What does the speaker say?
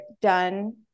done